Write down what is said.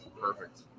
Perfect